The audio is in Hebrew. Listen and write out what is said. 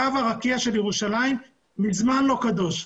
קו הרקיע של ירושלים מזמן לא קדוש.